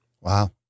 Wow